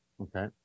Okay